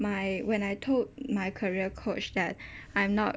my when I told my career coach that I'm not